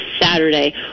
Saturday